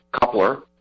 coupler